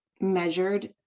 measured